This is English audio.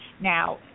Now